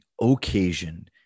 occasion